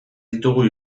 ditugu